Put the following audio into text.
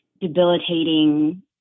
debilitating